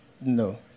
No